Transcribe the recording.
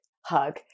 hug